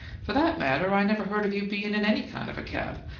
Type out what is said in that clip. for that matter, i never heard of you bein' in any kind of a cab,